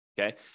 okay